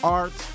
art